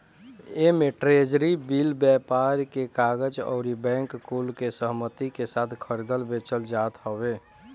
एमे treasury bill, व्यापार के कागज अउरी बैंकर कुल के सहमती के साथे खरीदल बेचल जात हवे